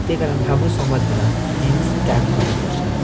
त्यही कारण हाम्रो समाजबाट जिन्स त्याग गर्नुपर्छ